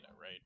right